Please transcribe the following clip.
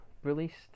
released